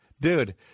Dude